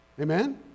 Amen